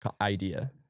idea